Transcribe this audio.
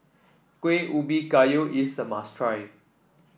Kuih Ubi Kayu is a must try